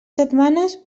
setmanes